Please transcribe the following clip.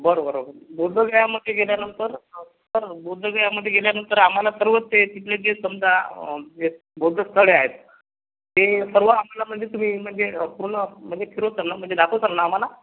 बरं बरं बरं बौद्धविहारमधे गेल्यानंतर बौद्धविहारमधे गेल्यानंतर आम्हाला सर्व ते तिथले जे समजा जे बौद्ध स्थळे आहेत ते सर्व आम्हाला म्हणजे तुम्ही म्हणजे पूर्ण म्हणजे फिरवताल ना म्हणजे दाखवताल ना आम्हाला